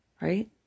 right